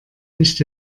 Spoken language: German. nicht